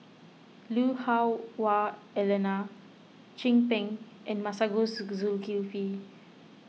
Lui Hah Wah Elena Chin Peng and Masagos Zulkifli